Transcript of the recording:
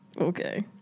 Okay